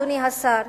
אדוני השר,